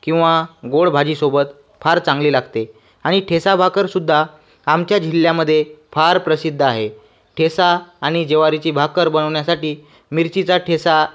किंवा गोड भाजीसोबत फार चांगली लागते आणि ठेसा भाकरसुद्धा आमच्या जिल्ह्यामध्ये फार प्रसिद्ध आहे ठेसा आणि ज्वारीची भाकर बनवण्यासाठी मिरचीचा ठेसा